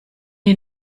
die